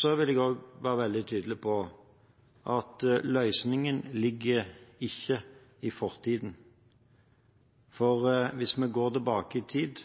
så vil jeg være veldig tydelig på at løsningen ikke ligger i fortiden. Hvis vi går tilbake i tid,